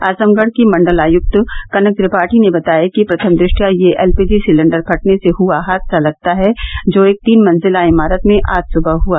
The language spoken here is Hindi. आजमगढ़ की मंडल आयुक्त कनक त्रिपाठी ने बताया कि प्रथम द टया ये एलपीजी सिलिण्डर फटने से हुआ हादसा लगता है जो एक तीन मंजिला इमारत में आज सुबह हआ